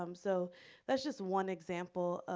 um so that's just one example.